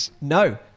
No